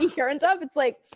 urine dump, it's like,